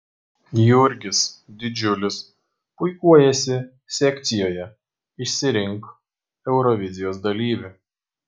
jurgis didžiulis puikuojasi sekcijoje išsirink eurovizijos dalyvį